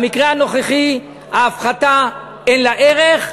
במקרה הנוכחי, ההפחתה, אין לה ערך,